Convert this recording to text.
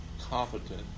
competent